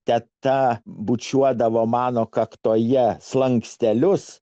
teta bučiuodavo mano kaktoje slankstelius